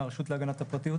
מהרשות להגנת הפרטיות,